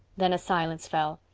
then a silence fell.